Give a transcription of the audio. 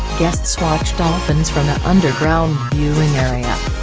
guests watch dolphins from a underground viewing area.